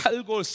Algo